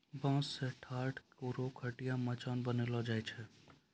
बांस सें ठाट, कोरो, खटिया, मचान बनैलो जाय छै